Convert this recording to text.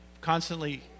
constantly